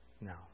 no